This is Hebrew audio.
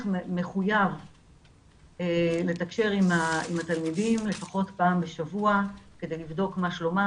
מחוייב לתקשר עם התלמידים לפחות פעם בשבוע כדי לבדוק מה שלומם